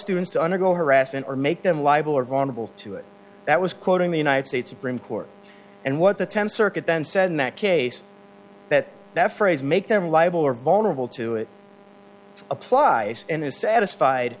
students to undergo harassment or make them liable or vulnerable to it that was quoting the united states supreme court and what the tenth circuit then said in that case that that phrase make them liable or vulnerable to it applies and is satisfied